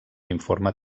informe